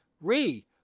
Re